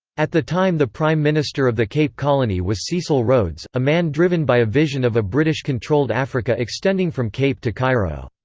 at the time the prime minister of the cape colony was cecil rhodes, a man driven by a vision of a british controlled africa extending from cape to cairo.